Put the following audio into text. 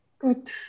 Good